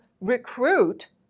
recruit